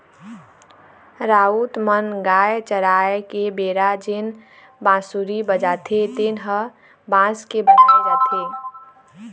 राउत मन गाय चराय के बेरा जेन बांसुरी बजाथे तेन ह बांस के बनाए जाथे